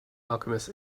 alchemist